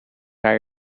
hij